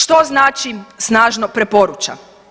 Što znači snažno preporuča?